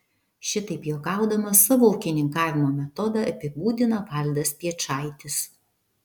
šitaip juokaudamas savo ūkininkavimo metodą apibūdina valdas piečaitis